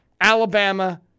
Alabama